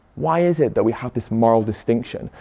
why is it that we have this moral distinction?